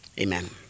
amen